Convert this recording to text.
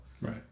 Right